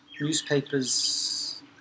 Newspapers